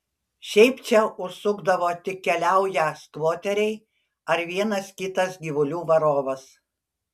šiaip čia užsukdavo tik keliaują skvoteriai ar vienas kitas gyvulių varovas